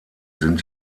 sind